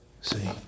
See